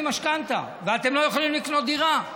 משכנתה ואתם לא יכולים לקנות דירה.